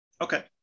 Okay